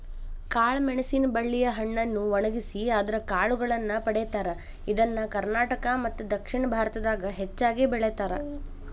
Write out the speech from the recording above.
ಕಾಳಮೆಣಸಿನ ಬಳ್ಳಿಯ ಹಣ್ಣನ್ನು ಒಣಗಿಸಿ ಅದರ ಕಾಳುಗಳನ್ನ ಪಡೇತಾರ, ಇದನ್ನ ಕರ್ನಾಟಕ ಮತ್ತದಕ್ಷಿಣ ಭಾರತದಾಗ ಹೆಚ್ಚಾಗಿ ಬೆಳೇತಾರ